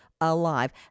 alive